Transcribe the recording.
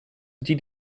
die